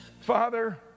Father